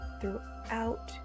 throughout